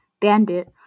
Bandit